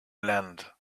land